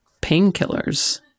painkillers